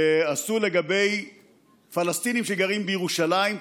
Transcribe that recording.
שעשו על פלסטינים שגרים בירושלים,